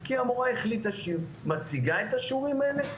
כי המורה החליטה שהיא מציגה את השיעורים האלה,